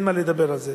אין מה לדבר על זה.